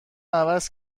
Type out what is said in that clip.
عوض